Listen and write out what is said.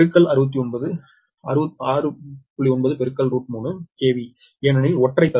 9√𝟑 KV ஏனெனில் ஒற்றை தறுவாய்